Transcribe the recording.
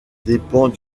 dépend